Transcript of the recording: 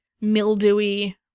mildewy